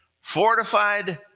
fortified